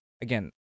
again